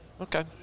Okay